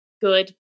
Good